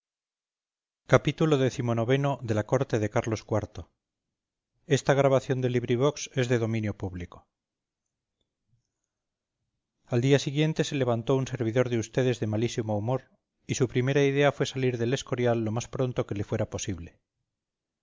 xxvi xxvii xxviii la corte de carlos iv de benito pérez galdós al día siguiente se levantó un servidor de ustedes de malísimo humor y su primera idea fue salir del escorial lo más pronto que le fuera posible